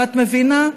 את מבינה?